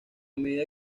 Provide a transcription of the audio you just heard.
medida